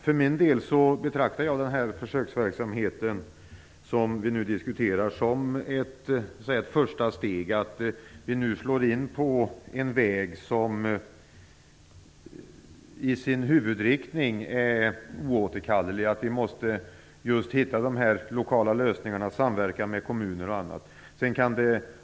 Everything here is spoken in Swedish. För min del betraktar jag den försöksverksamhet som vi nu diskuterar som ett första steg. Vi slår nu in på en väg som i sin huvudriktning är oåterkallelig. Vi måste hitta just de lokala lösningarna, samverkan mellan kommuner och annat.